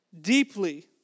deeply